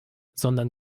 sondern